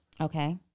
okay